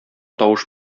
тавыш